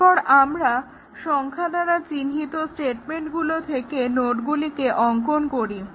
এরপর আমরা সংখ্যা দ্বারা চিহ্নিত স্টেটমেন্টগুলো থেকে নোডগুলিকে অংকন করি